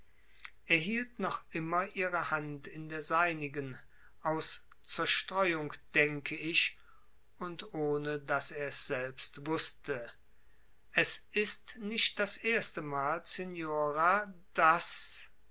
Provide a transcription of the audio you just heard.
hielt noch immer ihre hand in der seinigen aus zerstreuung denke ich und ohne daß er es selbst wußte es ist nicht das erste mal signora daß